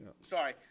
Sorry